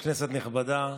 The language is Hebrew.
כנסת נכבדה,